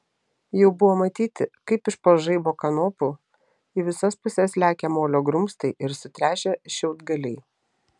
jau buvo matyti kaip iš po žaibo kanopų į visas puses lekia molio grumstai ir sutrešę šiaudgaliai